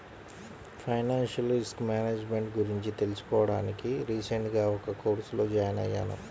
financial risk management గురించి తెలుసుకోడానికి recent గా ఒక కోర్సులో జాయిన్ అయ్యాను